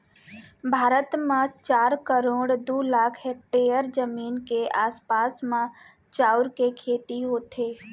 भारत म चार करोड़ दू लाख हेक्टेयर जमीन के आसपास म चाँउर के खेती होथे